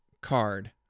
card